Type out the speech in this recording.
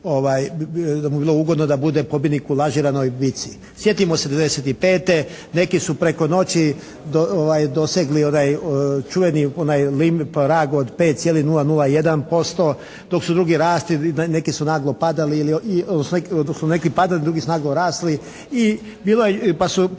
da mu je bilo ugodno da bude pobjednik u lažiranoj bici. Sjetimo se '95. Neki su preko noći dosegli onaj čuveni limit, prag od 5,01%. Dok su drugi rasli neki su naglo padali, odnosno neki su padali, drugi se naglo rasli. Pa onda,